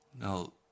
Now